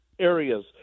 areas